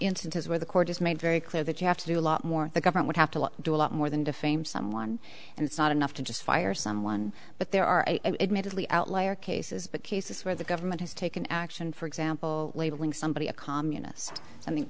instances where the court has made very clear that you have to do a lot more the government would have to do a lot more than defame someone and it's not enough to just fire someone but there are admittedly outlier cases but cases where the government has taken action for example labeling somebody a communist